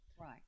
Right